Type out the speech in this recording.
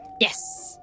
Yes